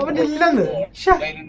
um dilemma